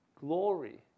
glory